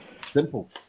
Simple